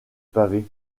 pavé